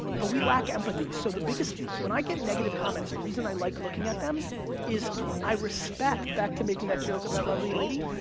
but we lack empathy, so the biggest, when i get negative comments, the reason i like looking at them is i respect, back to making that joke of that lovely lady,